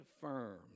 firm